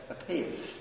appears